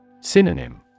Synonym